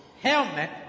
helmet